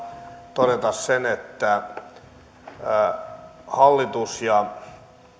todeta sen että hallituksen ja